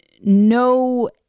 no